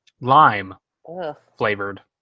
lime-flavored